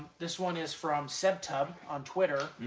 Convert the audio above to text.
this one is from sebtub on twitter.